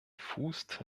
fußt